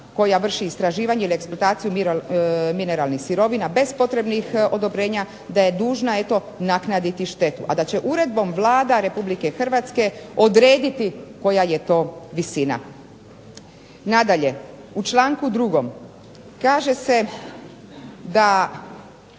koja vrši istraživanje ili eksploataciju mineralnih sirovina bez potrebnih odobrenja da je dužna eto naknaditi štetu. A da će uredbom Vlada Republike Hrvatske odrediti koja je to visina. Nadalje, u članku 2. kaže se da